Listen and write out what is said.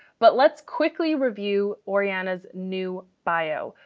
but let's quickly review oriana's new bio.